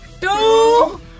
Two